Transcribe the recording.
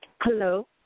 Hello